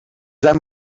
zijn